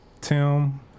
Tim